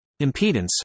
Impedance